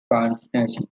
partnership